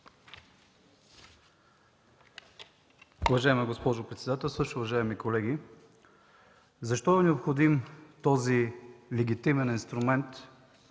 Уважаема госпожо председателстващ, уважаеми колеги, защо е необходим този легитимен инструмент,